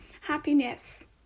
happiness